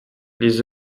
les